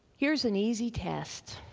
here's an easy test